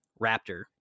raptor